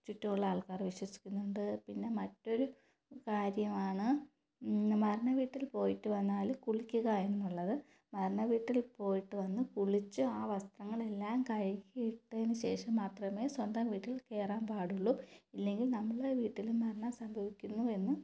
ചുറ്റുമുള്ള ആൾക്കാർ വിശ്വസിക്കുന്നുണ്ട് പിന്നെ മറ്റൊരു കാര്യമാണ് മരണ വീട്ടിൽ പോയിട്ട് വന്നാൽ കുളിക്കുക എന്നുള്ളത് മരണ വീട്ടിൽ പോയിട്ട് വന്ന് കുളിച്ച് ആ വസ്ത്രങ്ങളെല്ലാം കഴുകിയിട്ടതിനു ശേഷം മാത്രമേ സ്വന്തം വീട്ടിൽ കയറാൻ പാടുള്ളൂ ഇല്ലെങ്കിൽ നമ്മളുടെ വീട്ടിലും മരണം സംഭവിക്കുന്നു എന്ന്